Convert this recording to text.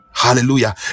Hallelujah